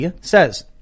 says